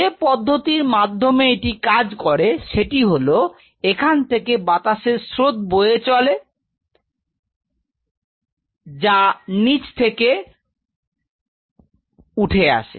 যে পদ্ধতির মাধ্যমে এটি কাজ করে সেটি হল এখান থেকে বাতাসের স্রোত বয়ে চলে যা নিচ থেকে উঠে আসে